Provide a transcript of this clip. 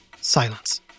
silence